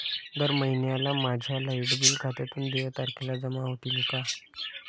दर महिन्याला माझ्या लाइट बिल खात्यातून देय तारखेला जमा होतील का?